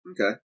Okay